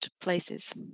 places